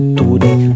today